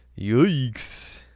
Yikes